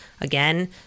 Again